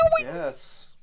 Yes